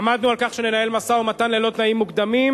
עמדנו על כך שננהל משא-ומתן ללא תנאים מוקדמים,